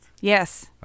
Yes